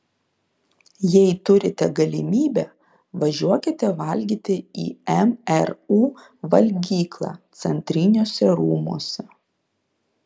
jei turite galimybę važiuokite valgyti į mru valgyklą centriniuose rūmuose